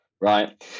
right